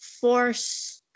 force